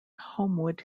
homewood